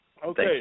Okay